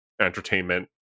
Entertainment